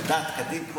כדת וכדין,